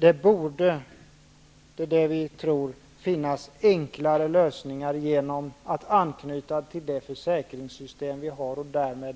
Det borde, anser vi, gå att hitta enklare lösningar, med anknytning till det försäkringssystem som finns, så att det blir